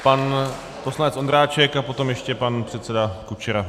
Pan poslanec Ondráček a potom ještě pan předseda Kučera.